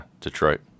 Detroit